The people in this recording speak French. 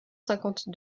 cinquante